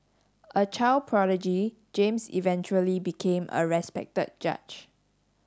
a child prodigy James eventually became a respected judge